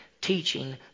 teaching